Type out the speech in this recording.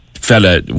Fella